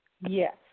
Yes